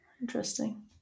Interesting